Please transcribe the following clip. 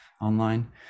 online